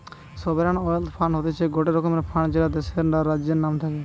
sovereign wealth fund হতিছে গটে রকমের ফান্ড যেটা দেশের বা রাজ্যের নাম থাকে